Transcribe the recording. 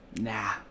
Nah